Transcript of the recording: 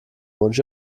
wunsch